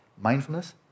mindfulness